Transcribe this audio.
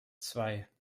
zwei